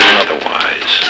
otherwise